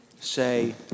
say